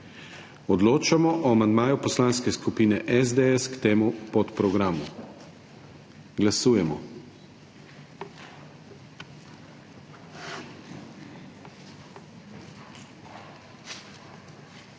Odločamo o amandmaju Poslanske skupine SDS k temu podprogramu. Glasujemo.